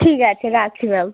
ঠিক আছে রাখছি ম্যাম